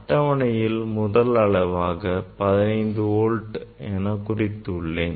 அட்டவணையில் முதல் அளவாக 15 வோல்ட் என குறித்துள்ளேன்